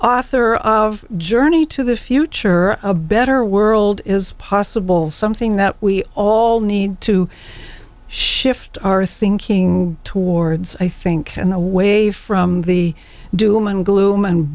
author of journey to the future of a better world is possible something that we all need to shift our thinking towards i think and away from the doom and gloom and